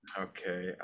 okay